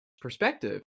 perspective